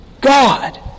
God